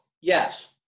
Yes